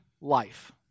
life